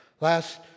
Last